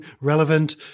relevant